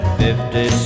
fifty